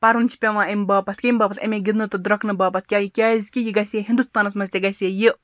پَرُن چھِ پیٚوان اَمہِ باپَتھ کیٚمہِ باپَتھ اَمی گِنٛدنہٕ تہٕ درٛوٚکنہٕ باپَتھ کیٛاہ کیٛازِکہِ یہِ گژھِ ہے ہِندُستانَس منٛز تہِ گژھِ ہے یہِ